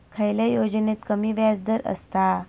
खयल्या योजनेत कमी व्याजदर असता?